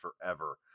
forever